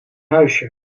huisje